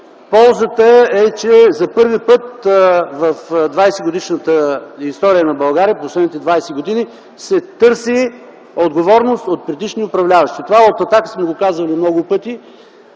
Ползата е, че за първи път в 20-годишната история на България, последните 20 години, се търси отговорност от предишни управляващи. Това от „Атака” сме го казвали много пъти